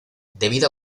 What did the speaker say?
debido